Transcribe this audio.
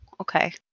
okay